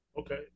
Okay